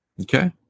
Okay